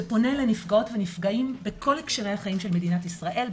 שפונה לנפגעות ונפגעים בכל הקשרי החיים של מדינת ישראל,